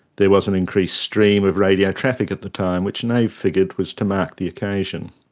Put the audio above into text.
there was an increased stream of radio traffic at the time which nave figured was to mark the occasion.